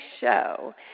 Show